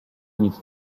nic